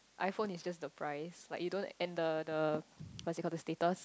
iPhone is just the price like you don't and the the what is it called the status